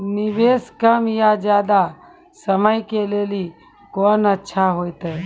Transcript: निवेश कम या ज्यादा समय के लेली कोंन अच्छा होइतै?